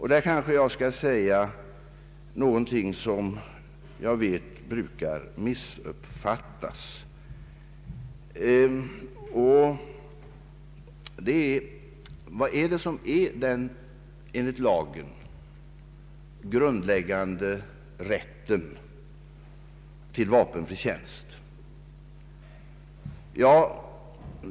Här vill jag säga någonting som jag vet brukar missuppfattas. Vad är det som enligt lag utgör den grundläggande rätten till vapenfri tjänst?